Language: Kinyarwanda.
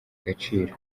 agaciro